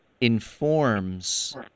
informs